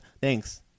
Thanks